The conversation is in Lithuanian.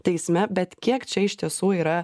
teisme bet kiek čia iš tiesų yra